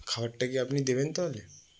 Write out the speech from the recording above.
খাবারটা কি আপনি দেবেন তাহলে